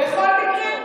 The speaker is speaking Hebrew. בכל מקרה,